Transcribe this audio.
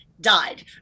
died